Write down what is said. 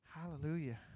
hallelujah